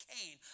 Cain